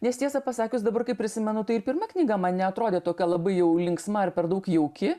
nes tiesą pasakius dabar kai prisimenu tai pirma knyga man neatrodė tokia labai jau linksma ar per daug jauki